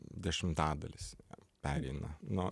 dešimtadalis pereina nuo